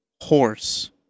horse